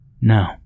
No